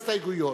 להסתייגויות.